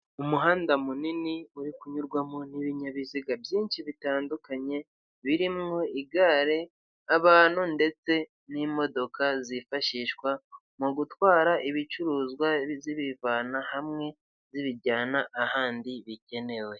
Umuhanda munini uri kunyurwamo n'ibinyabiziga byinshi bitandukanye birimo igare, abantu ndetse n'imodoka zifashishwa mu gutwara ibicuruzwa zibivana hamwe zibijyana ahandi bigenewe.